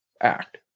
act